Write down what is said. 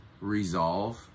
resolve